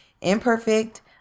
imperfect